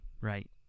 Right